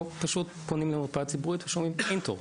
או שפשוט פונים למרפאה ציבורית ושומעים "אין תור,